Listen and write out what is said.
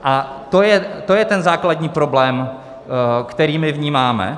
A to je ten základní problém, který my vnímáme.